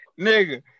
Nigga